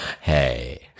hey